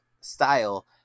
style